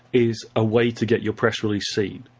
is a way to get your press release seen.